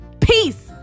Peace